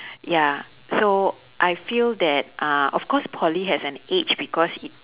ya so I feel that uh of cause poly has an edge because it